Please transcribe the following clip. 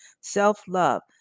Self-love